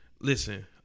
Listen